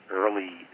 early